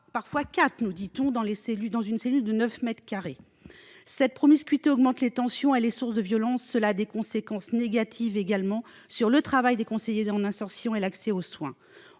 parfois quatre, nous dit-on, dans des cellules de 9 mètres carrés. Cette promiscuité augmente les tensions ; elle est source de violences. Cela a également des conséquences négatives sur le travail des conseillers en insertion et sur l'accès aux soins.